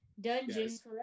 Dungeons